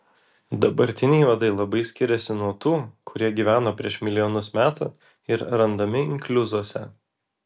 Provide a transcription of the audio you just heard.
dabartiniai uodai labai skiriasi nuo tų kurie gyveno prieš milijonus metų ir randami inkliuzuose